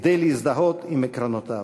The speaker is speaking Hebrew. כדי להזדהות עם עקרונותיו.